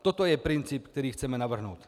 Toto je princip, který chceme navrhnout.